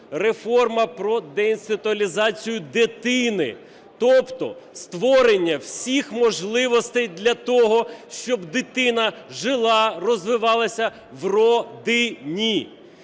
реформа про деінституалізацію дитини, тобто створення всіх можливостей для того, щоб дитина жила, розвивалася в родині.